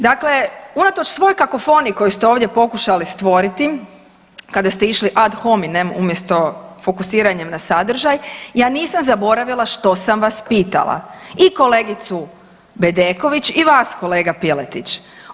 Dakle, unatoč svoj kakofoniji koju ste ovdje pokušali stvoriti kad ste išli ad hominem umjesto fokusiranjem na sadržaj ja nisam zaboravila što sam vas pitala i kolegicu Bedeković i vas kolega Piletić.